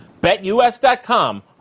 BetUS.com